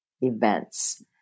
events